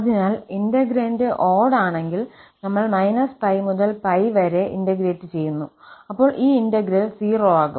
അതിനാൽ integrand odd ആണെങ്കിൽ നമ്മൾ −𝜋 മുതൽ 𝜋 വരെ വരെ ഇന്റഗ്രേറ്റ് ചെയ്യുന്നു അപ്പോൾ ഈ ഇന്റഗ്രൽ 0 ആകും